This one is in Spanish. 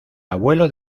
abuelo